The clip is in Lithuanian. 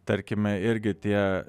tarkime irgi tie